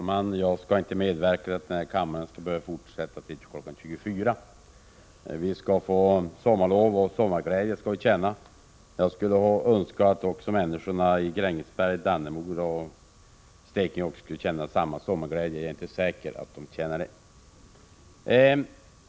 Herr talman! Vi skall snart få sommarlov, och sommarglädje skall vi känna. Jag önskar att också människorna i Grängesberg, Dannemora och Stekenjokk kunde känna samma glädje. Det är inte säkert att de gör det.